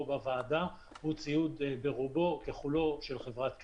בוועדה הוא ציוד שברובו ככולו של חברת קרמר,